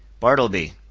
bartleby!